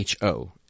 HO